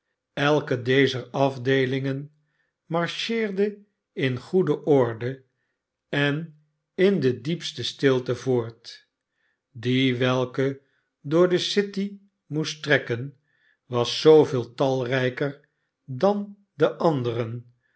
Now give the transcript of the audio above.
elke dezer afdeelingen marcheerde in goede orde en in de diepste stilte voort die welke door de city moest trekken was zooveel talrijker dan de anderen